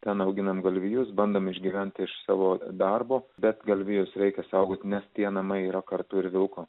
ten auginant galvijus bandėme išgyventi iš savo darbo bet galvijus reikia saugoti nes tie namai yra kartu ir vilko